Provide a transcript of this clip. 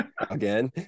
again